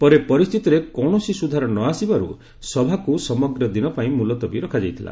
ପରେ ପରିସ୍ଥିତିରେ କୌଣସି ସୁଧାର ନ ଆସିବାରୁ ସଭାକୁ ସମଗ୍ର ଦିନ ପାଇଁ ମୁଲତବୀ ରଖାଯାଇଥିଲା